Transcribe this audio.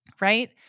Right